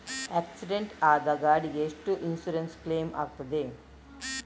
Accident ಆದ ಗಾಡಿಗೆ ಎಷ್ಟು ಇನ್ಸೂರೆನ್ಸ್ ಕ್ಲೇಮ್ ಆಗ್ತದೆ?